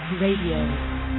Radio